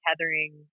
tethering